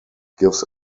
gives